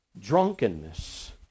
drunkenness